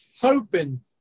hoping –